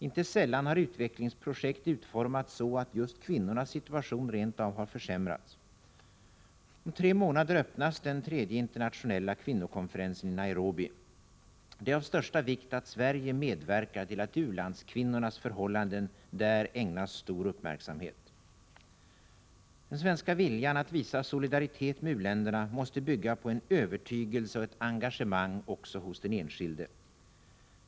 Inte sällan har utvecklingsprojekt utformats så, att just kvinnornas situation rent av har försämrats. Om tre månader öppnas den tredje internationella kvinnokonferensen i Nairobi. Det är av största vikt att Sverige medverkar till att u-landskvinnornas förhållanden där ägnas stor uppmärksamhet. Den svenska viljan att visa solidaritet med u-länderna måste bygga på en övertygelse och ett engagemang också hos den enskilde.